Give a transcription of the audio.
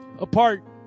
apart